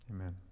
Amen